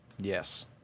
Yes